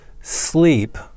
sleep